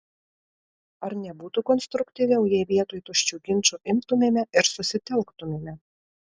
ar nebūtų konstruktyviau jeigu vietoj tuščių ginčų imtumėme ir susitelktumėme